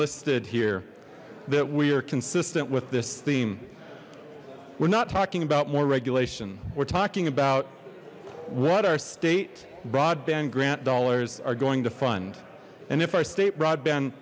listed here that we are consistent with this theme we're not talking about more regulation we're talking about what our state broadband grant dollars are going to fund and if our state broadband